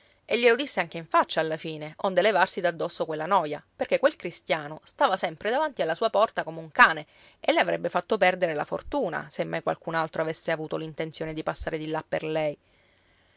e glielo disse anche in faccia alla fine onde levarsi d'addosso quella noia perché quel cristiano stava sempre davanti alla sua porta come un cane e le avrebbe fatto perdere la fortuna se mai qualcun altro avesse avuto l'intenzione di passare di là per lei